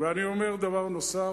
ואני אומר דבר נוסף,